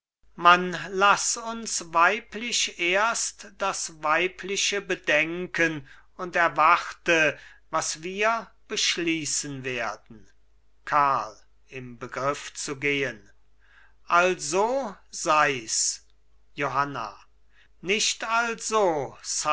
man laß uns weiblich erst das weibliche bedenken und erwarte was wir beschließen werden karl im begriff zu gehen also seis johanna nicht also